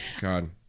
God